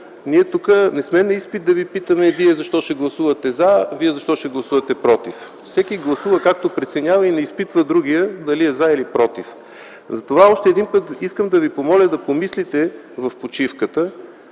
ние тук не сме на изпит да ви питаме: вие защо ще гласувате „за”, вие защо ще гласувате „против”? Всеки гласува както преценява и не изпитва другия да ли е „за” или „против”. Затова още един път искам да ви помоля да помислите в почивката